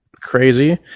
crazy